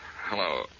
Hello